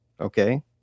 okay